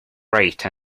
bright